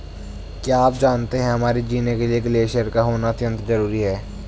क्या आप जानते है हमारे जीने के लिए ग्लेश्यिर का होना अत्यंत ज़रूरी है?